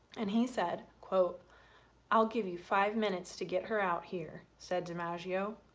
and he said quote i'll give you five minutes to get her out here, said dimaggio,